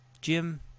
Jim –